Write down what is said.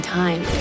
time